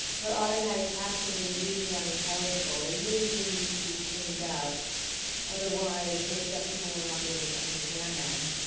but automatic actions are usually unintelligible. they really do need to be cleaned up otherwise most deaf people will not be able to understand them.